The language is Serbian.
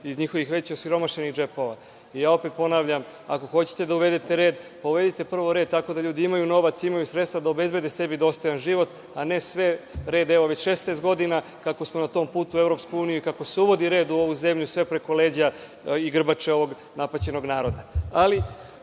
iz njihovih već osiromašenih džepova. Opet ponavlja, ako hoćete da uvedete red, uvedite prvo red tako da ljudi imaju novac, imaju sredstva da obezbede sebi dostojan život, a ne, evo već 16 godina kako smo na tom putu ka EU i kako se uvodi red u ovu zemlju, sve preko leđa i grbače ovog napaćenog naroda.